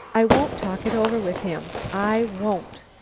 i won't talk it over with him, i won't.